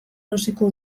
erosiko